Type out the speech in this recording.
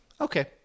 Okay